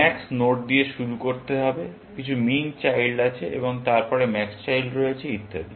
max node দিয়ে শুরু করতে হবে কিছু মিন চাইল্ড আছে এবং তারপরে ম্যাক্স চাইল্ড রয়েছে ইত্যাদি